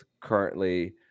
currently